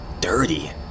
dirty